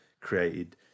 created